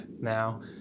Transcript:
now